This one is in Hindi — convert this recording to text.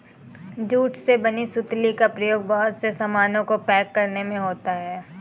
जूट से बने सुतली का प्रयोग बहुत से सामानों को पैक करने में होता है